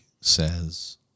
says